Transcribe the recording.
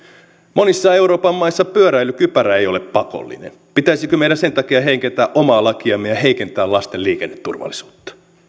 monissa euroopan maissa pyöräilykypärä ei ole pakollinen pitäisikö meidän sen takia heikentää omaa lakiamme ja heikentää lasten liikenneturvallisuutta